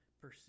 pursue